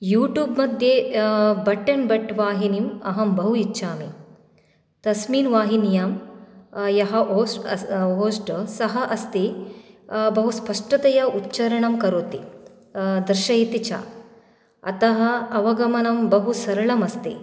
YouTube मध्ये but and but वाहिनीम् अहं बहु इच्छामि तस्मिन् वाहिन्यां यः होस्ट् होस्ट् सः अस्ति बहु स्पष्टतया उच्चारणं करोति दर्शयति च अतः अवगमनं बहु सरलमस्ति